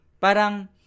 Parang